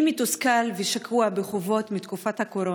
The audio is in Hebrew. אני מתוסכל ושקוע בחובות מתקופת הקורונה,